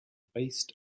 based